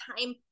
time